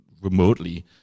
remotely